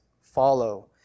follow